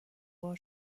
بار